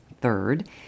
Third